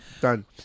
Done